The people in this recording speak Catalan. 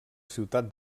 ciutat